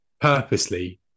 purposely